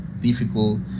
difficult